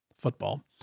football